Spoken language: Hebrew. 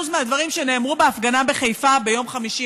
מהדברים שנאמרו בהפגנה בחיפה ביום חמישי,